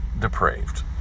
depraved